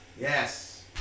Yes